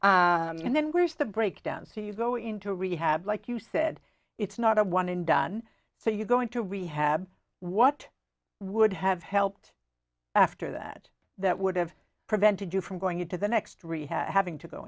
and then there's the breakdown so you go into rehab like you said it's not a one and done so you go into rehab what would have helped after that that would have prevented you from going into the next rehab having to go